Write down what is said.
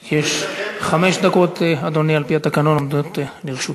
חמש דקות, אדוני, על-פי התקנון, עומדות לרשותך.